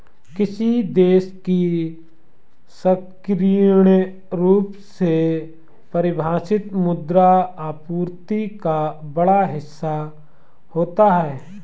किसी देश की संकीर्ण रूप से परिभाषित मुद्रा आपूर्ति का बड़ा हिस्सा होता है